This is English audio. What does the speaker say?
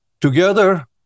Together